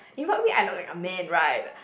in what way I look like a man right